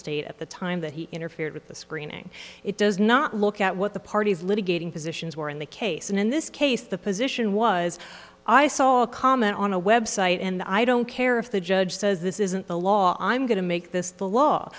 state at the time that he interfered with the screening it does not look at what the parties litigating positions were in the case and in this case the position was i saw a comment on a website and i don't care if the judge says this isn't the law i'm going to make this the law